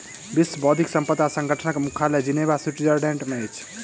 विश्व बौद्धिक संपदा संगठनक मुख्यालय जिनेवा, स्विट्ज़रलैंड में अछि